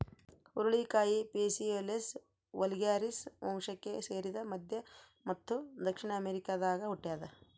ಹುರುಳಿಕಾಯಿ Phaseolus vulgaris ವಂಶಕ್ಕೆ ಸೇರಿದ ಮಧ್ಯ ಮತ್ತು ದಕ್ಷಿಣ ಅಮೆರಿಕಾದಾಗ ಹುಟ್ಯಾದ